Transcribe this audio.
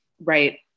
Right